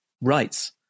rights